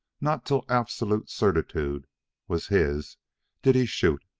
not til absolute certitude was his did he shoot.